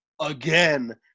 Again